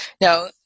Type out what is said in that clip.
Now